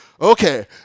Okay